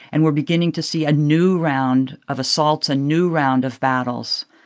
and we're beginning to see a new round of assaults, a new round of battles.